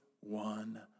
one